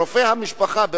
רופא המשפחה,